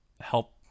help